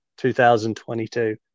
2022